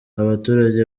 abaturage